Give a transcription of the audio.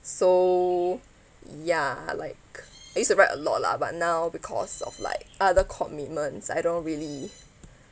so yeah like I used to write a lot lah but now because of like other commitments I don't really